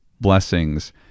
blessings